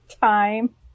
time